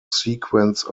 sequence